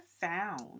found